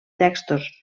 textos